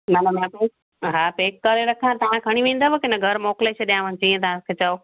माना मां चओ हा पैक करे रखां तव्हां खणी वेंदव की न घर मोकिले छॾियांव जीअं तव्हांखे चओ